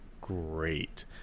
great